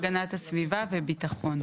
הגנת הסביבה וביטחון.